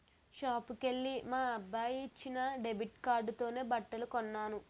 షాపుకెల్లి మా అబ్బాయి ఇచ్చిన డెబిట్ కార్డుతోనే బట్టలు కొన్నాను